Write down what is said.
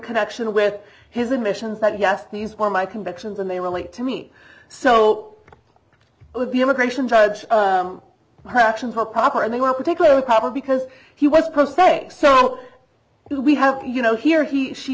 connection with his admissions that yes these were my convictions and they relate to me so i would be immigration judge her actions were proper and they were particularly proper because he was per se so we have you know here he she